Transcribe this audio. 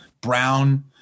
Brown